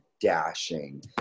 dashing